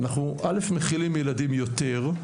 אנחנו א' מכילים ילדים יותר,